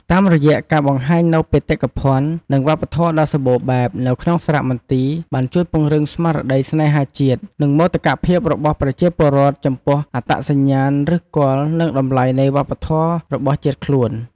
តាមរយៈការបង្ហាញនូវបេតិកភណ្ឌ និងវប្បធម៌ដ៏សម្បូរបែបនៅក្នុងសារមន្ទីរបានជួយពង្រឹងស្មារតីស្នេហាជាតិ និងមោទកភាពរបស់ប្រជាពលរដ្ឋចំពោះអត្តសញ្ញាណ ឫសគល់ និងតម្លៃនៃវប្បធម៌របស់ជាតិខ្លួន។